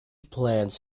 plans